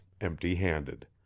empty-handed